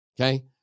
okay